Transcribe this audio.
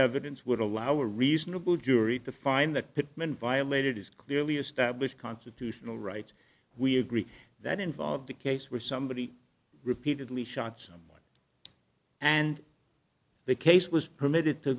evidence would allow a reasonable jury to find that pittman violated his clearly established constitutional rights we agree that involved a case where somebody repeatedly shot someone and the case was permitted to